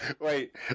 Wait